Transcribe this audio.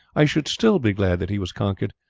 i should still be glad that he was conquered,